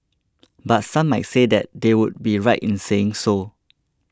but some might say they would be right in saying so